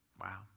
Wow